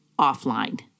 offline